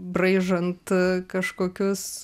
braižant kažkokius